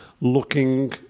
looking